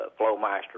Flowmaster